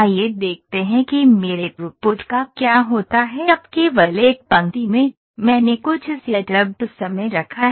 आइए देखते हैं कि मेरे थ्रूपुट का क्या होता है अब केवल 1 पंक्ति में मैंने कुछ सेटअप समय रखा है